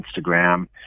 Instagram